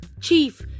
chief